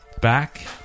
Back